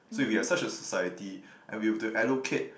so if we have such a society and we have to allocate